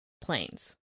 planes